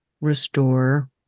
restore